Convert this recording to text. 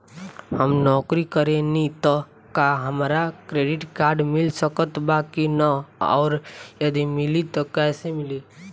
हम नौकरी करेनी त का हमरा क्रेडिट कार्ड मिल सकत बा की न और यदि मिली त कैसे मिली?